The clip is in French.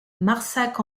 marsac